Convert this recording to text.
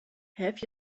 have